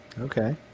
Okay